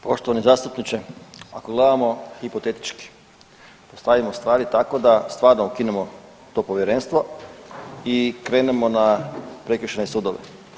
Poštovani zastupniče, ako gledamo hipotetički, postavimo stvari tako da stvarno ukinemo to Povjerenstvo i krenemo na prekršajne sudove.